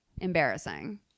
embarrassing